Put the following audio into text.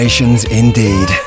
Indeed